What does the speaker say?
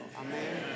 Amen